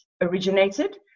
originated